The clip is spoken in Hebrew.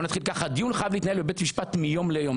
בואו נתחיל ככה: דיון חייב להתנהל מיום ליום,